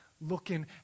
looking